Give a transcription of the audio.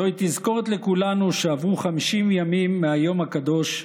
זוהי תזכורת לכולנו שעברו 50 ימים מהיום הקדוש,